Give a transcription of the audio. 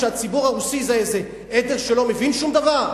שהציבור הרוסי זה איזה עדר שלא מבין שום דבר?